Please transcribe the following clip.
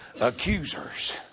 accusers